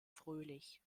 fröhlich